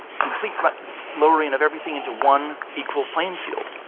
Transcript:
complete but lowering of everything into one equal playing field.